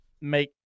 make